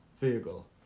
vehicle